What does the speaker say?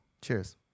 Cheers